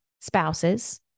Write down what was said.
spouses